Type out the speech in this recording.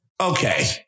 okay